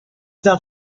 the